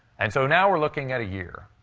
and so now we're looking at a year.